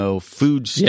food